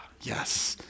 Yes